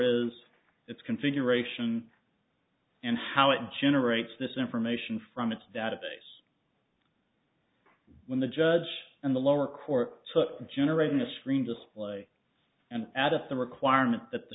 its configuration and how it generates this information from its database when the judge in the lower court took generating the screen display and added the requirement that the